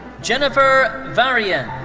jennifer varian.